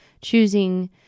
choosing